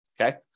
okay